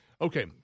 Okay